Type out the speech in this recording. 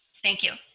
thank you.